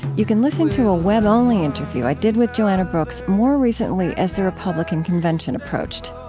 you can listen to a web-only interview i did with joanna brooks more recently as the republican convention approached.